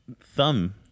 thumb